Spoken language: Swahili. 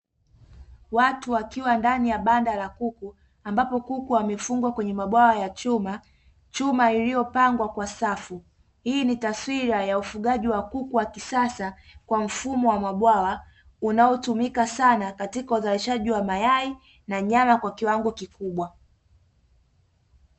Watu wakiwa ndani ya banda la kuku ambapo kuku wamefungwa kwenye mabwawa ya chuma, iliyopangwa kwa safu hii ni taswira ya ufugaji wa kuku wa kisasa kwa mgumo wa mabwawa unaotumika sana kwa ajili ya uzalishaji wa mayai na nyama kwa kiwango kikubwa.